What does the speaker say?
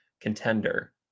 contender